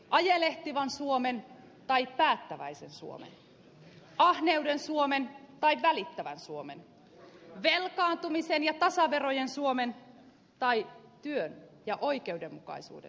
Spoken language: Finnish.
ajelehtivan suomen tai päättäväisen suomen ahneuden suomen tai välittävän suomen velkaantumisen ja tasaverojen suomen tai työn ja oikeudenmukaisuuden suomen